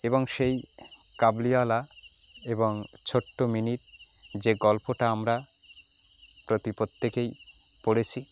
এবং সেই কাবুলিওয়ালা এবং ছোট্ট মিনির যে গল্পটা আমরা প্রতি প্রত্যেকেই পড়েছি